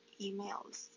emails